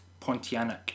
Pontianic